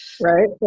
Right